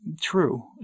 true